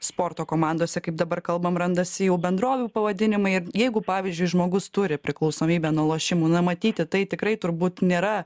sporto komandose kaip dabar kalbam randasi jų bendrovių pavadinimai ir jeigu pavyzdžiui žmogus turi priklausomybę nuo lošimų na matyti tai tikrai turbūt nėra